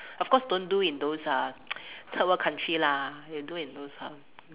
of course don't do in those uh third world country lah you do in those um